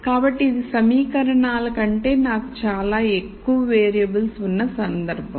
కాబట్టి ఇది సమీకరణాల కంటే నాకు చాలా ఎక్కువ వేరియబుల్స్ ఉన్న సందర్భం